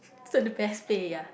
so is the best place ya